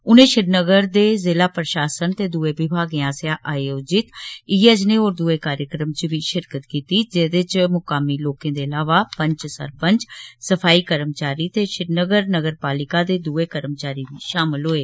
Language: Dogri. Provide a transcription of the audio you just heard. उनें श्रीनगर दे ज़िला प्रशासन ते दूए विमागें आस्सेआ आयोजित इयै जनेह् होर दुए कार्यक्रम च बी शिरकत कीती जेह्दे च मकामी लोकें दे इलावा पंच सरपंच सफाई कम्चारी ते श्रीनगर नगर पालिका दे दूए कर्मचारी बी शामल होए